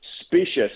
specious